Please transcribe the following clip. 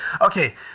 okay